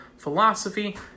philosophy